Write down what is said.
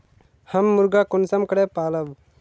हम मुर्गा कुंसम करे पालव?